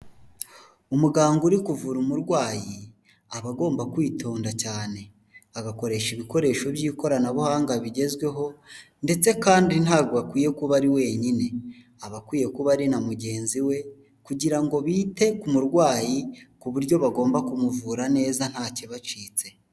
Umuganga uri kuvura umurwayi aba agomba kwitonda cyane agakoresha ibikoresho by'ikoranabuhanga bigezweho ndetse kandi ntabwo akwiye kuba ari wenyine aba akwiye kuba ari na mugenzi we kugira ngo bite ku murwayi kuburyo bagomba kumuvura neza nta kibacitse.